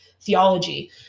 theology